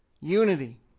unity